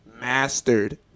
mastered